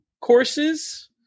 courses